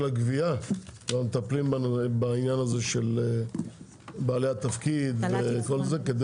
הגבייה כבר מטפלים בעניין הזה של בעלי התפקיד וכל זה.